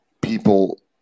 people